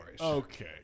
Okay